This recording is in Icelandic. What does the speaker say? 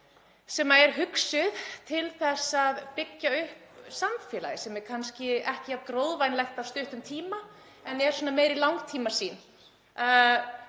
sem er hugsuð til þess að byggja upp samfélagið en sem er kannski ekki jafn gróðavænleg á stuttum tíma heldur meiri langtímasýn?